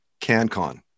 CanCon